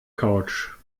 couch